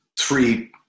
three